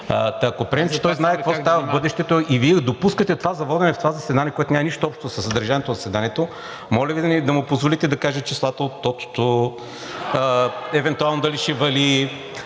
Ако приемем, че той знае какво ще става в бъдещето и Вие допускате това за водене в това заседание, което няма нищо общо със съдържанието на заседанието, моля Ви да му позволите да каже числата от тотото (смях от